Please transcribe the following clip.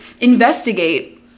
investigate